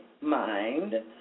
mind